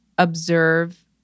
observe